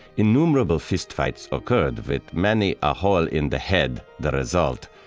innumerable fistfights occurred with many a hole in the head the result.